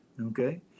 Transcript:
Okay